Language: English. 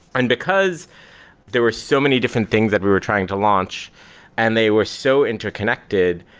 and because there were so many different things that we were trying to launch and they were so interconnected,